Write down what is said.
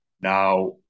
Now